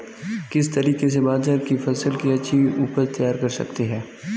किस तरीके से बाजरे की फसल की अच्छी उपज तैयार कर सकते हैं?